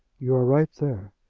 you are right there,